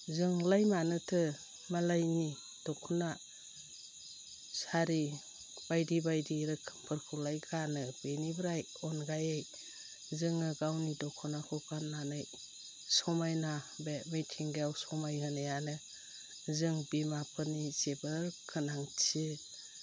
जोंलाय मानोथो मालायनि दख'ना सारि बायदि बायदि रोखोमफोरखौलाय गानो बेनिफ्राय अनगायै जोङो गावनि दख'नाखौ गान्नानै समायना बे मिथिंगायाव समायहोनायानो जों बिमाफोरनि जोबोर गोनांथि